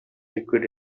liquid